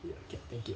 ya okay thank you